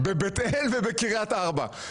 בבית אל ובקריית ארבע.